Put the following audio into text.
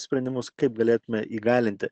sprendimus kaip galėtume įgalinti